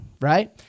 right